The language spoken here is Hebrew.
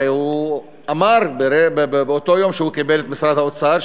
הרי הוא אמר באותו יום שהוא קיבל את משרד האוצר,